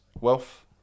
wealth